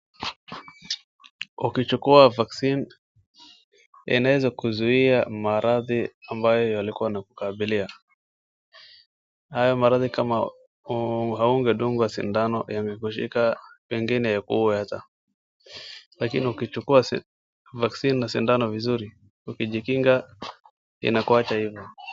Ukichukua cs[vaccine]cs inaweza kuzuia maradhi ambaye yalikuwa yakikukabilia, hayo maradhi kama haungedungwa sindano yangekushika pengine yakuue hata, lakini ukichukukua cs [vaccine] cs na sindano vizuri ukijikinga inakuwacha hivyo.